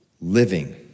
living